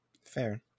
Fair